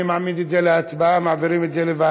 אני מעמיד את זה להצבעה, מעבירים את זה לוועדת